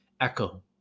echo